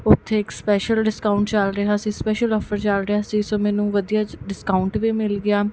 ਉਥੇ ਇਕ special discount ਚੱਲ ਰਿਹਾ ਸੀ ਸਪੈਸ਼ਲ ਆਫਰ ਚੱਲ ਰਿਹਾ ਸੀ ਸੋ ਮੈਨੂੰ ਵਧੀਆ ਡਿਸਕਾਊਂਟ ਵੀ ਮਿਲ ਗਿਆ